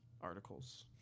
articles